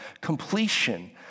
completion